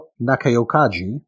Nakayokaji